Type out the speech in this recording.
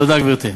תודה, גברתי.